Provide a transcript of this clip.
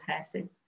person